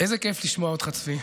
איזה כיף לשמוע אותך, צבי.